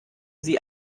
sie